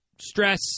stress